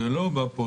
זה לא בפוסטה,